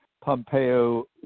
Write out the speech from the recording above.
Pompeo